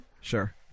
Sure